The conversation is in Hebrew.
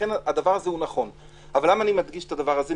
למה אני מדגיש את הדבר הזה?